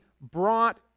brought